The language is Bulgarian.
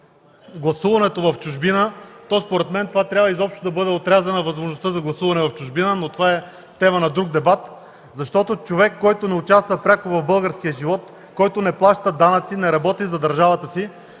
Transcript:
гласуването в чужбина, според мен трябва изобщо да бъде отрязана възможността за гласуване в чужбина, но това е тема на друг дебат, защото човек, който не участва пряко в българския живот, който не плаща данъци, не работи за държавата си,